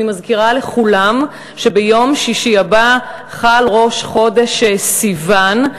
אני מזכירה לכולם שביום שישי הבא חל ראש חודש סיוון,